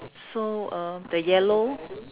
so uh the yellow